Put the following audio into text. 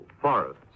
forests